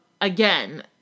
Again